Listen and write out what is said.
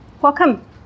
Welcome